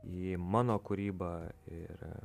į mano kūrybą ir